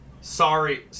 sorry